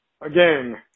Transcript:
Again